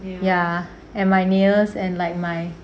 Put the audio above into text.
ya and my nails and like my